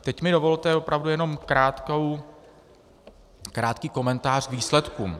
Teď mi dovolte opravdu jenom krátký komentář k výsledkům.